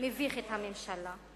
מביך את הממשלה.